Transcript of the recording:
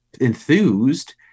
enthused